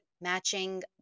matching